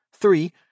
Three